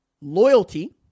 loyalty